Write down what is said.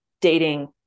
dating